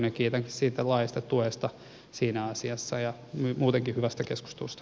kiitänkin laajasta tuesta siinä asiassa ja muutenkin hyvästä keskustelusta